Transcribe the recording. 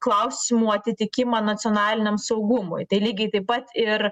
klausimų atitikimą nacionaliniam saugumui tai lygiai taip pat ir